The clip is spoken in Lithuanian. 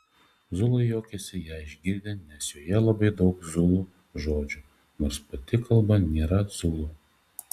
zulai juokėsi ją išgirdę nes joje labai daug zulų žodžių nors pati kalba nėra zulų